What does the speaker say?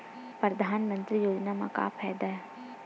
परधानमंतरी योजना म का फायदा?